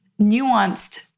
nuanced